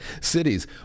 cities